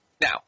Now